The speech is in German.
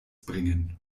bringen